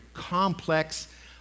complex